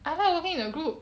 I like working in a group